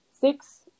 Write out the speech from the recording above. six